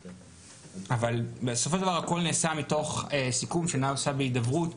אבל בסופו של דבר הכל נעשה מתוך סיכום שנעשה בהידברות